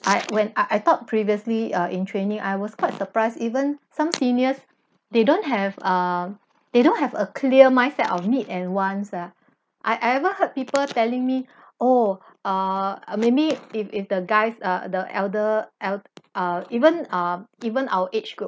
I when I I thought previously uh in training I was quite surprised even some seniors they don't have err they don't have a clear mindset of need and wants ah I I ever heard people telling me oh err or maybe if if the guys are the elder eld~ uh even uh even our age group